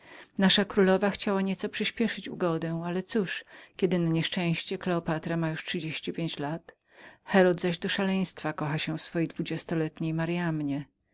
nasza królowa chciała nadać nieco żwawy tór ugodzie ale cóż kiedy na nieszczęście kleopatra ma już trzydzieści pięć lat herod zaś do szaleństwa kocha się w swojej dwudziestoletniej